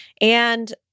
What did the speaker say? And-